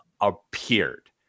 appeared